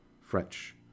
french